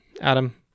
Adam